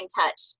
touch